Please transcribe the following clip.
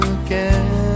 again